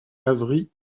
avery